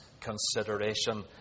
consideration